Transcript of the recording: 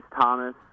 Thomas